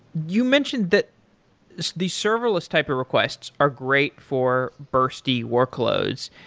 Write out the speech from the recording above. you mentioned that the serverless type of requests are great for bursty workloads.